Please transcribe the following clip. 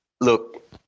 look